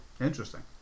interesting